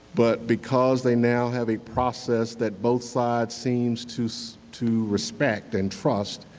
but because they now have a process that both sides seem to so to respect and trust